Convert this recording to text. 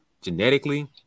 genetically